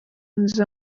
nziza